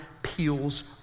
peels